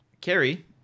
Carrie